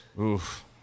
Oof